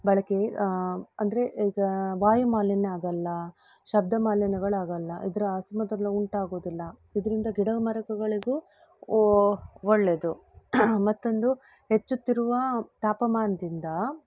ಬಳಕೆ ಅಂದರೆ ಈಗ ವಾಯುಮಾಲಿನ್ಯ ಆಗಲ್ಲ ಶಬ್ದಮಾಲಿನ್ಯಗಳಾಗಲ್ಲ ಇದರ ಅಸಮತೋಲ್ನ ಉಂಟಾಗೋದಿಲ್ಲ ಇದರಿಂದ ಗಿಡ ಮರಗಳಿಗೂ ಒ ಒಳ್ಳೆಯದು ಮತ್ತೊಂದು ಹೆಚ್ಚುತ್ತಿರುವ ತಾಪಮಾನದಿಂದ